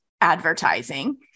advertising